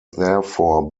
therefore